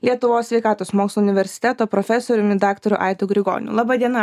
lietuvos sveikatos mokslų universiteto profesoriumi daktaru aidu grigoniu laba diena